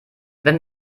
wenn